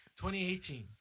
2018